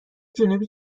جنوبی